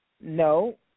No